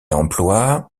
emploie